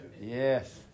Yes